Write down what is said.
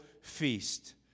feast